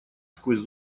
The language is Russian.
сквозь